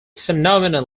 phenomenon